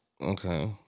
Okay